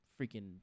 freaking